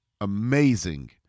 amazing